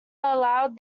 allowed